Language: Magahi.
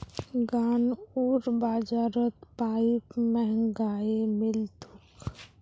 गांउर बाजारत पाईप महंगाये मिल तोक